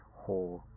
whole